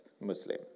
Muslim